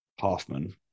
Hoffman